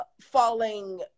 falling